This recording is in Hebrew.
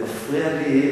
זה מפריע לי.